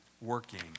working